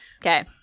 Okay